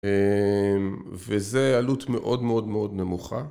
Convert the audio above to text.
וזה עלות מאוד מאוד מאוד נמוכה